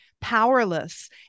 powerless